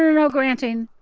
no, no, no granting,